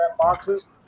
boxes